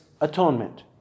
atonement